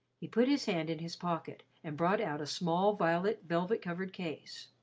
he put his hand in his pocket, and brought out a small violet velvet-covered case.